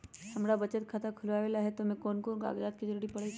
हमरा बचत खाता खुलावेला है त ए में कौन कौन कागजात के जरूरी परतई?